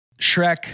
Shrek